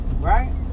Right